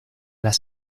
las